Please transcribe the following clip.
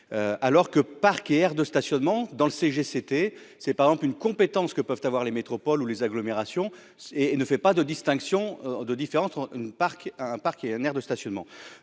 alors que parcs aires de stationnement dans le sujet, c'était, c'est par exemple une compétence que peuvent avoir les métropoles où les agglomérations et ne fait pas de distinction de différentes une parc un parquet un aire de stationnement